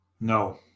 no